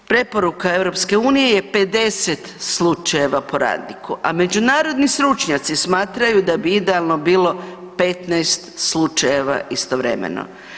Preporuka EU je 50 slučajeva po radniku, a međunarodni stručnjaci smatraju da bi idealno bilo 15 slučajeva istovremeno.